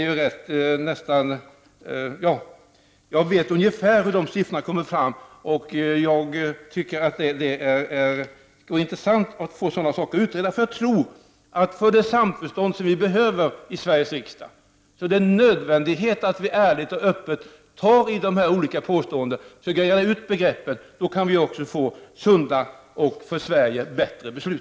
Jag vet ungefär hur de siffrorna kommit fram, och jag tycker att det vore intressant att få sådana saker utredda, för jag tror att för det samförstånd som vi behöver i Sveriges riksdag är det nödvändigt att vi ärligt och öppet försöker reda ut begreppen. Då kan vi också få sunda och för Sverige bättre beslut.